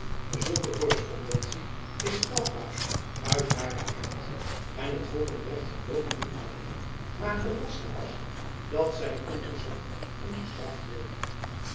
musch korrespondentie is strafbaar uit haren aart en het volkenrecht gedoogt niet alleen maar gelast zelfs dat zy onderzocht en gestraft worde